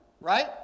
right